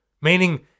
meaning